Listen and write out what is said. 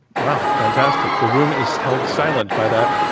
wow, fantastic. the room is held silent by that